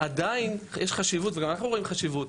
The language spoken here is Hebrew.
עדיין יש חשיבות, וגם אנחנו רואים חשיבות.